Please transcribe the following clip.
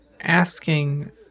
asking